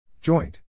Joint